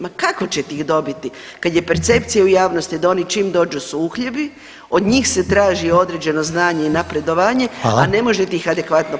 Ma kako ćete ih dobiti kad je percepcija u javnosti da oni čim dođu su uhljebi, od njih se traži određeno znanje i napredovanje [[Upadica: Hvala.]] a ne možete ih adekvatno platiti, nikako.